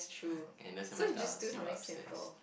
it doesn't matter lah see you upstairs